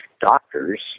doctors